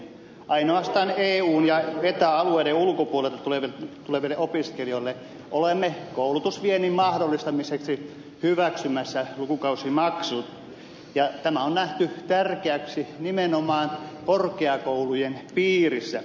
ainoastaan eun ja eta alueiden ulkopuolelta tuleville opiskelijoille olemme koulutusviennin mahdollistamiseksi hyväksymässä lukukausimaksut ja tämä on nähty tärkeäksi nimenomaan korkeakoulujen piirissä